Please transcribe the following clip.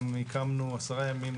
עשרה ימים,